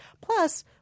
Plus